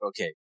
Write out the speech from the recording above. Okay